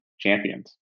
Champions